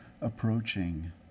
approaching